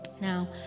now